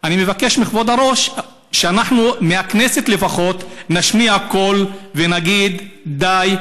אני מבקש מכבוד היושב-ראש שאנחנו מהכנסת לפחות נשמיע קול ונגיד די,